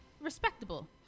respectable